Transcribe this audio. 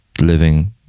living